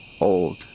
old